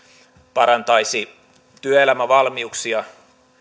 parantaisi työelämävalmiuksia